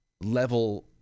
level